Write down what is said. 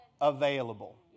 available